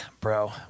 bro